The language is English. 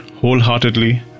wholeheartedly